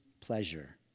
pleasure